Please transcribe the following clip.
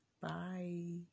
bye